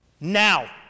Now